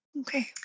Okay